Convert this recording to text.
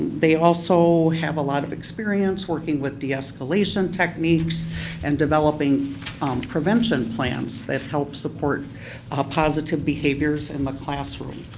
they also have a lot of experience working with de-escalation technique so and developing prevention plans that help support positive behaviors in the classroom.